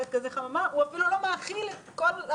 תפלוט גזי חממה ותטנף את החיים שלנו